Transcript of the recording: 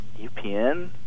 UPN